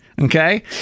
Okay